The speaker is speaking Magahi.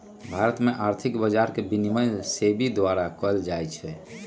भारत में आर्थिक बजार के विनियमन सेबी द्वारा कएल जाइ छइ